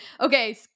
Okay